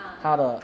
ah